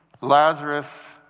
Lazarus